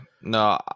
no